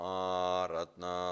aratna